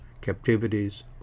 captivities